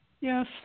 yes